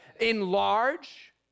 Enlarge